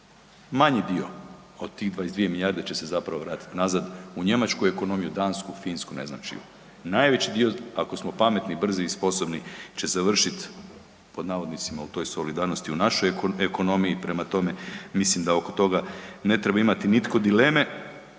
Manji dio od tih 22 milijarde će se zapravo vratiti nazad u njemačku ekonomiju, dansku, finsku, ne znam čiju. Najveći dio ako smo pametni, brzi i sposobni će završit pod navodnici u toj solidarnosti u našoj ekonomiji, prema tome mislim da oko toga ne treba imati nitko dileme.